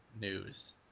news